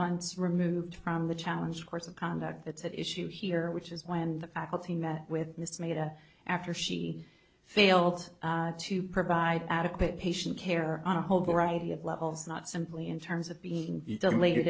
months removed from the challenge of course of conduct that's at issue here which is when the faculty met with mr maida after she failed to provide adequate patient care on a whole variety of levels not simply in terms of being